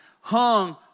hung